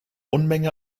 unmenge